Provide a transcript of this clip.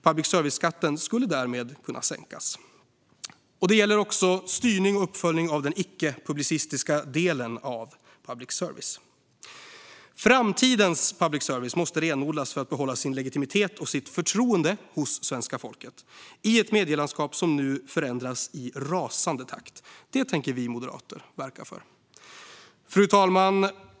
Public service-skatten skulle därmed kunna sänkas. Det gäller också styrning och uppföljning av den icke-publicistiska delen av public service. Framtidens public service måste renodlas för att behålla sin legitimitet och sitt förtroende hos svenska folket, i ett medielandskap som nu förändras i rasande takt. Det tänker vi moderater verka för. Fru talman!